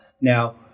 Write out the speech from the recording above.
Now